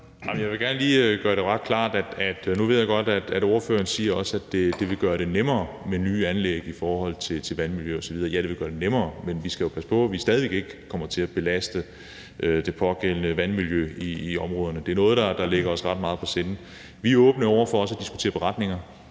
Jeg vil gerne lige gøre noget ret klart. Nu ved jeg godt, at ordføreren siger, at det vil gøre det nemmere med nye anlæg i forhold til vandmiljø osv. Ja, det vil gøre det nemmere, men vi skal jo stadig væk passe på, at vi ikke kommer til at belaste vandmiljøet i de pågældende områder. Det er noget, der ligger os ret meget på sinde. Vi er åbne over for at diskutere en beretning.